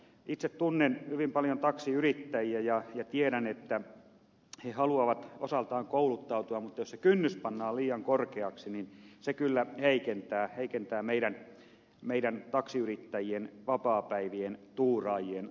itse tunnen hyvin paljon taksiyrittäjiä ja tiedän että he haluavat osaltaan kouluttautua mutta jos se kynnys pannaan liian korkeaksi niin se kyllä heikentää meidän taksiyrittäjiemme vapaapäivien tuuraajien